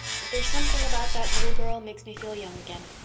but there's something about that little girl makes me feel young again.